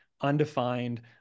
undefined